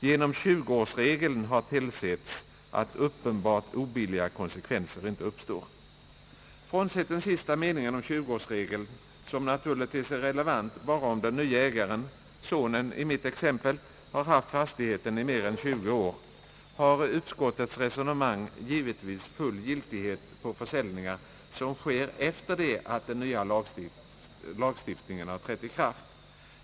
Genom 20-årsregeln har tillsetts att uppenbart obilliga konsekvenser inte uppstår.» Frånsett den sista meningen om 20 årsregeln, som naturligtvis är relevant bara om den nye ägaren — sonen i mitt exempel — har haft fastigheten i mer än 20 år, har utskottets resonemang givetvis full giltighet på försäljningar som sker efter det att den nya lagstiftningen har trätt i kraft.